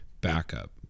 backup